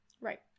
Right